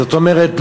זאת אומרת,